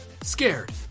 scared